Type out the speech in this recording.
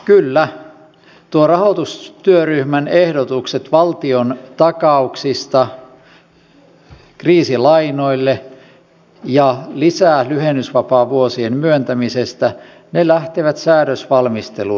kyllä nuo rahoitustyöryhmän ehdotukset valtiontakauksista kriisilainoille ja lisälyhennysvapaavuosien myöntämisestä lähtevät säädösvalmisteluun